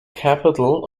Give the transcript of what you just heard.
capital